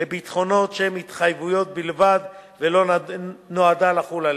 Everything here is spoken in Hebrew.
לביטחונות שהם התחייבות בלבד ולא נועדה לחול עליהם.